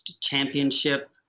championship